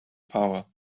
power